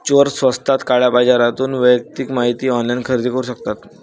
चोर स्वस्तात काळ्या बाजारातून वैयक्तिक माहिती ऑनलाइन खरेदी करू शकतात